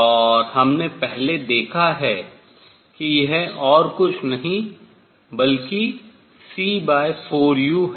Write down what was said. और हमने पहले देखा है कि यह और कुछ नहीं बल्कि c4u है